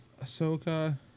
Ahsoka